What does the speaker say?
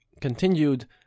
continued